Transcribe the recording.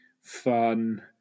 fun